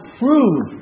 prove